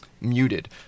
muted